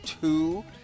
two